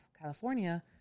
California